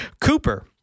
Cooper